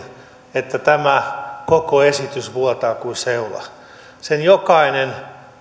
että tämä koko esitys vuotaa kuin seula sen jokainen